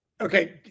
Okay